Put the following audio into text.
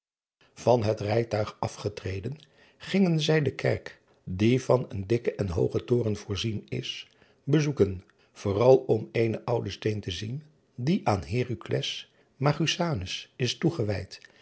an het rijtuig afgetreden gingen zij de kerk die van een dikken en hoogen toren voorzien is bezoeken vooral om eenen ouden steen te zien die aan ercules agusanus is toegewijd